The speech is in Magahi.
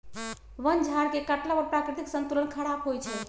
वन झार के काटला पर प्राकृतिक संतुलन ख़राप होइ छइ